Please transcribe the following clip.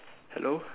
hello